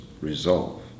resolve